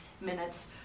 minutes